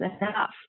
enough